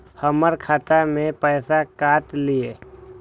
हमर खाता से पैसा काट लिए?